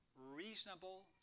reasonable